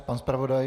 Pan zpravodaj?